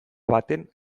baten